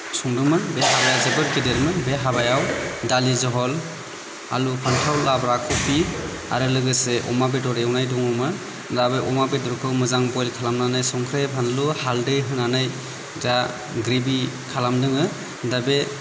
संदोंमोन बे हाबाया जोबोद गेदेरमोन बे हाबायाव दालि जहल आलु फान्थाव लाब्रा खबि आरो लोगोसे अमा बेदर एवनाय दङमोन दा बे अमा बेदरखौ मोजां बइल खालामनानै संख्रै फानलु हाल्दै होनानै जा ग्रेभि खालामदोङो दा बे